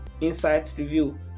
insights.review